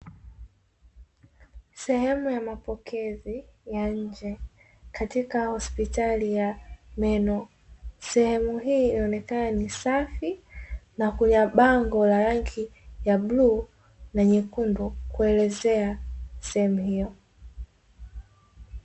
Sehemu ya mapokezi ya nje katika hospitali ya meno, sehemu hii inaonekana ni safi na kuna bango la rangi ya bluu na nyekundu kuelezea sehemu hiyo.